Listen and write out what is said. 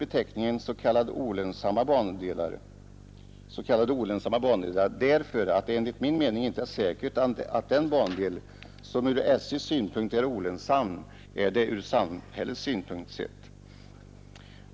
——— beteckningen ”s.k.” olönsamma bandelar, därför att det enligt min Ersättning till stamening inte är säkert att en bandel som ur SJ:s synpunkt är olönsam är = !ens järnvägar för det ur samhällets synpunkt sett.